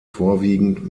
vorwiegend